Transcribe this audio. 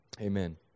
Amen